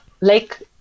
Lake